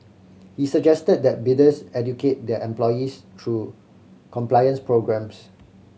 he suggested that bidders educate their employees through compliance programmes